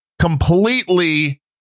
completely